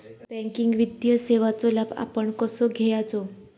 Banking वित्तीय सेवाचो लाभ आपण कसो घेयाचो?